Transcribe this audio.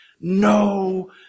no